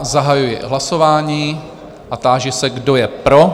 Zahajuji hlasování a táži se, kdo je pro?